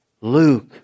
Luke